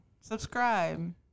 subscribe